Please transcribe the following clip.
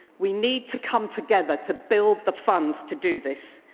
we need to come together to build the funds to do this,